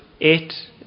eight